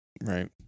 Right